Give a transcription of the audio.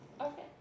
Okay